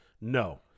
no